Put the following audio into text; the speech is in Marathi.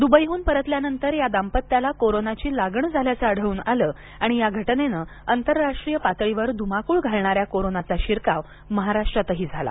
दुबईहून परतल्यानंतर या दाम्पत्याला कोरोनाची लागण झाल्याचं आढळून आलं आणि या घटनेनं आंतराष्ट्रीय पातळीवर ध्माकूळ घालणाऱ्या कोरोनाचा शिरकाव महाराष्ट्रातही झाला